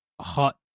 hot